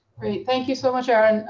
great. thank you so much, aaron.